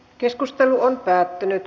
keskustelu päättyi